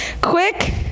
quick